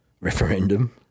referendum